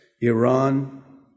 Iran